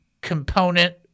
component